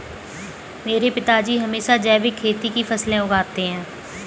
मेरे पिताजी हमेशा जैविक खेती की फसलें उगाते हैं